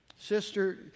Sister